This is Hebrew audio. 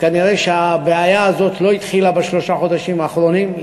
כנראה הבעיה הזאת לא התחילה בשלושת החודשים האחרונים,